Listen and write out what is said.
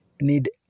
need